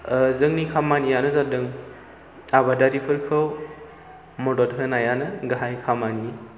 जोंनि खामानियानो जादों आबादारिफोरखौ मदद होनायानो गाहाय खामानि